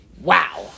Wow